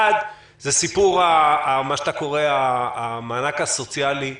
האחד, זה מה שאתה קורא "המענק הסוציאלי היורד".